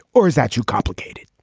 or is that too complicated